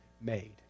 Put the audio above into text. made